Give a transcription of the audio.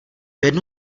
jednu